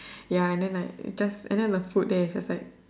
ya and then like just and then the food there is like